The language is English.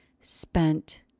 spent